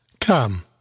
Come